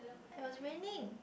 it was raining